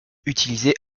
utilisé